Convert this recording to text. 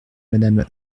madame